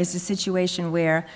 is a situation where